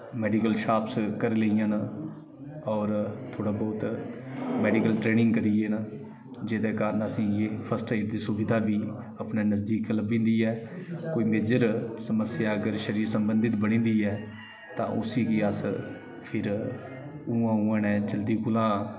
medical shops करी लेइयां न होर थोह्ड़ा बहोत मेडिकल ट्रेंनिग करिये न जेह्दे कारण असें गी एह् फर्स्ट ऐड दी सुविधा बी अपने नजदीक लब्भी जंदी ऐ कोई मेजर समस्या अगर शरीर संबंधित बनी जंदी ऐ तां उसी गी अस फिर उ'आं उ'आं नै जल्दी कोला